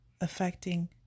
affecting